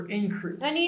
increase